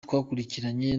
twakurikiranye